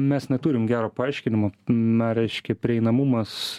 mes neturim gero paaiškinimo na reiškia prieinamumas